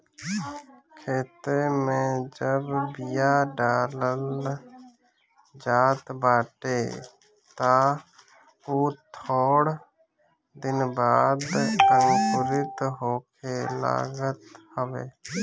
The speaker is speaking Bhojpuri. खेते में जब बिया डालल जात बाटे तअ उ थोड़ दिन बाद अंकुरित होखे लागत हवे